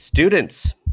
Students